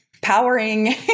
powering